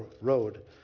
road